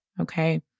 Okay